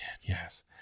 yes